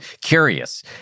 curious